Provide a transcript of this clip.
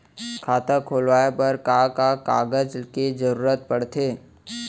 खाता खोलवाये बर का का कागज के जरूरत पड़थे?